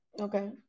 okay